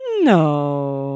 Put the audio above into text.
No